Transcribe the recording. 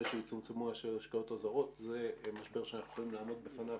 שיצומצמו ההשקעות הזרות זה משבר שאנחנו יכולים לעמוד בפניו